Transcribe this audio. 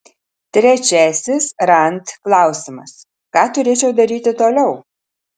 trečiasis rand klausimas ką turėčiau daryti toliau